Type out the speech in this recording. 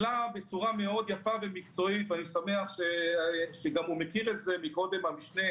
העלה בצורה יפה מאוד ומקצועית ואני שמח שהוא גם מכיר את זה המשנה